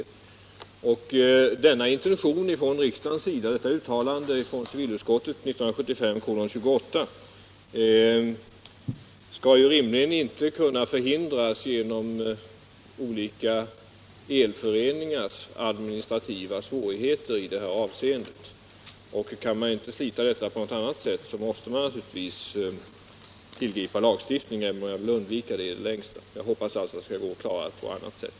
Riksdagens uttalande enligt civilutskottets betänkande 1975:28 skall rimligen inte kunna åsidosättas genom olika elföreningars administrativa svårigheter i det här avseendet. Kan man inte slita tvisten på något annat sätt måste man naturligtvis tillgripa lagstiftning, även om jag vill undvika det i det längsta. Jag hoppas alltså att det skall gå att klara det på annat sätt.